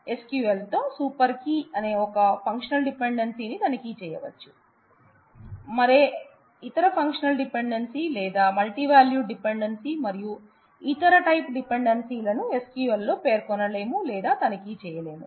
SQL తో super key అనే ఒకే ఒక ఫంక్షనల్ డిపెండెన్సీ ని తనిఖీ చేయవచ్చు మరే ఇతర ఫంక్షనల్ డిపెండెన్సీ లేదా మల్టీ వాల్యూడ్ డిపెండెన్సీ మరియు ఇతర టైప్ డిపెండెన్సీలను SQLలో పేర్కొనలేము లేదా తనిఖీ చేయలేము